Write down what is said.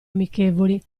amichevoli